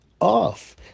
off